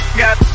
got